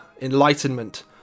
Enlightenment